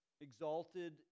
Exalted